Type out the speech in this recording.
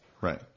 Right